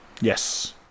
Yes